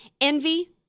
envy